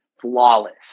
Flawless